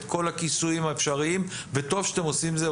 כל הכיסויים האפשריים וטוב שאתם עושים את זה.